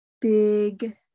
big